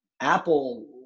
Apple